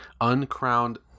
uncrowned